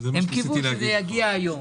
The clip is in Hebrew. הם קיוו שזה יגיע היום.